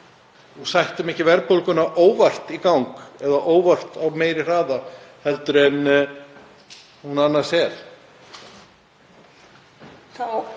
og settum ekki verðbólguna óvart í gang eða óvart á meiri hraða heldur en hún annars er?